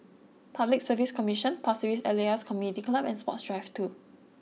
Public Service Commission Pasir Ris Elias Community Club and Sports Drive two